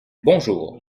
bonjour